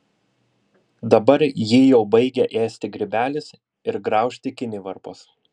dabar jį jau baigia ėsti grybelis ir graužti kinivarpos